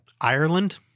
Ireland